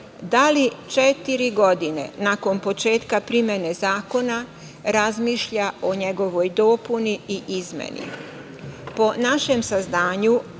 da li četiri godine nakon početka primene zakona razmišlja o njegovoj dopuni i izmeni?